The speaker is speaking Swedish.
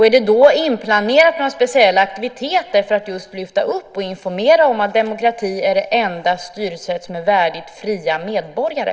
Är det då inplanerat några speciella aktiviteter för att lyfta upp och informera om att demokrati är det enda styrelsesätt som är värdigt fria medborgare?